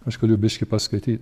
aš galiu biškį paskaity